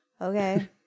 Okay